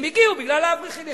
הם הגיעו בגלל האברכים.